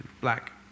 black